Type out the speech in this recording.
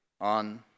on